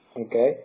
Okay